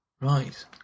Right